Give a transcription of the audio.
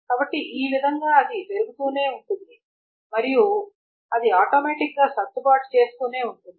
కాబట్టిఆ విధంగా అది పెరుగుతూనే ఉంటుంది మరియు అది ఆటోమాటిక్ గా సర్దుబాటు చేస్తూనే ఉంటుంది